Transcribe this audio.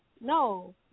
no